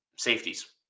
Safeties